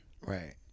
right